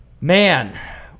man